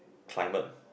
climate